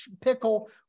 pickle